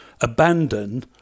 abandon